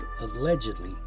allegedly